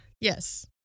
Yes